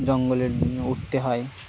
জঙ্গলে উঠতে হয়